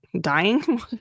Dying